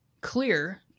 clear